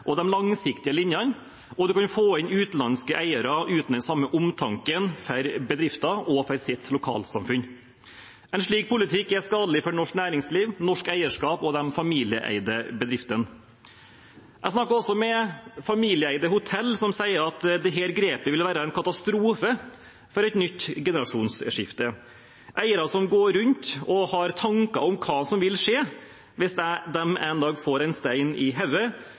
og de langsiktige linjene, og en kan få inn utenlandske eiere uten den samme omtanken for bedrifter og for sitt lokalsamfunn. En slik politikk er skadelig for norsk næringsliv, norsk eierskap og de familieeide bedriftene. Jeg snakket også med familieeide hoteller som sier at dette grepet ville være en katastrofe for et nytt generasjonsskifte. Det er eiere som går rundt og har tanker om hva som vil skje hvis de en dag får en stein i